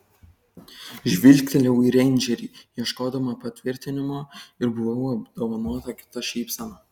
žvilgtelėjau į reindžerį ieškodama patvirtinimo ir buvau apdovanota kita šypsena